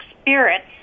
spirits